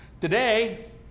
Today